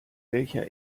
welcher